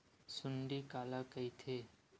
सुंडी काला कइथे?